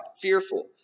fearful